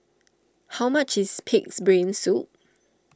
how much is Pig's Brain Soup